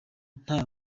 nta